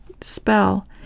spell